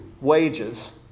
wages